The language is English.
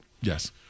Yes